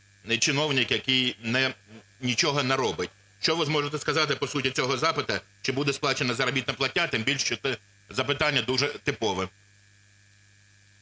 чиновник, який нічого не робить. Що ви можете сказати по суті цього запиту, чи буде сплачена заробітна платня, тим більше, що це запитання дуже типове.